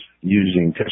using